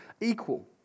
equal